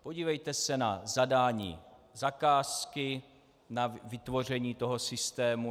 Podívejte se na zadání zakázky, na vytvoření systému.